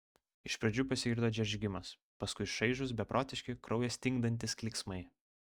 iš pradžių pasigirdo džeržgimas paskui šaižūs beprotiški kraują stingdantys klyksmai